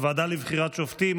הוועדה לבחירת שופטים,